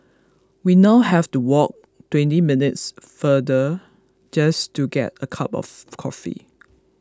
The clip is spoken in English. we now have to walk twenty minutes farther just to get a cup of coffee